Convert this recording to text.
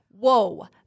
Whoa